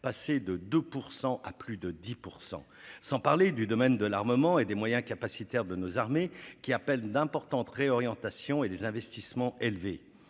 passées de 2 % à plus de 10 %, sans parler du domaine de l'armement et des moyens capacitaires de nos armées, qui appellent d'importantes réorientations et des investissements élevés.